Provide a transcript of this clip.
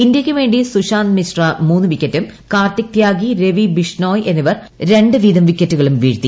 ഇന്ത്യയ്ക്കുവേണ്ടി സുശാന്ത് മിശ്ര മൂന്ന് വിക്കറ്റും കാർത്തിക് ത്യാഗി രവി ബിഷ്ണോയ് എന്നിവർ രണ്ട് വീതം വിക്കറ്റുകളും വീഴ്ത്തി